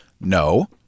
No